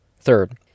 Third